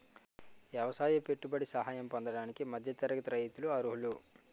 ఎవసాయ పెట్టుబడి సహాయం పొందడానికి మధ్య తరగతి రైతులు అర్హులు